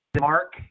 Mark